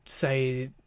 say